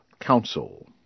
Council